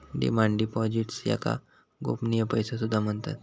demand deposits याका गोपनीय पैसो सुद्धा म्हणतत